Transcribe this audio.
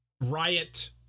riot